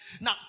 Now